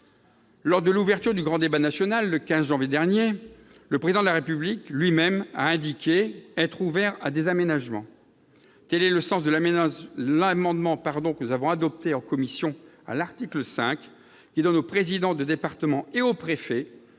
Lors de l'ouverture du grand débat national, le 15 janvier, le Président de la République lui-même a indiqué être ouvert à des aménagements. Tel est le sens de l'amendement que nous avons adopté en commission à l'article 5. Il vise à donner aux présidents de département et aux préfets